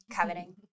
coveting